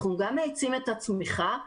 גם מאיצים את הצמיחה.